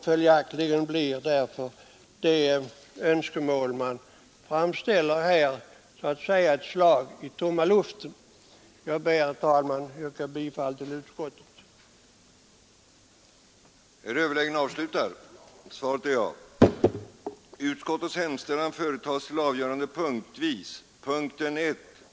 Följaktligen blir det önskemål man framställer så att säga ett slag i tomma luften. Jag ber, herr talman, att få yrka bifall till utskottets hemställan.